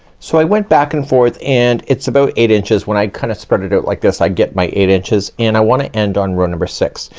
so i went back and forth, and it's about eight inches, when i kinda kind of spread it out like this i get my eight inches and i wanna end on row number six.